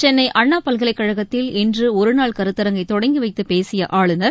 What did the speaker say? சென்னைஅண்ணாபல்கலைக்கழகத்தில் இன்றுஒருநாள் கருத்தரங்கை தொடங்கிவைத்தபேசியஆளுநர்